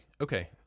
okay